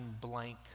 blank